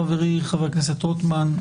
בבקשה, חברי חבר הכנסת רוטמן.